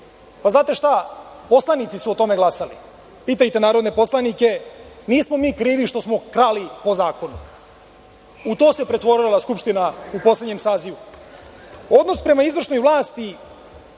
„Znate šta, poslanici su o tome glasali. Pitajte narodne poslanike. Nismo mi krivi što smo krali po zakonu“. U to se pretvorila ova Skupština u poslednjem sazivu. Odnos prema izvršnoj vlasti,